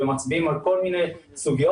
ומצביעים על כל מיני סוגיות,